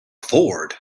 ford